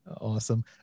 Awesome